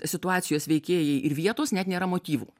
situacijos veikėjai ir vietos net nėra motyvų